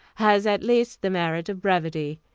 has at least the merit of brevity.